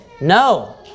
No